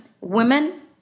women